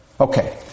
Okay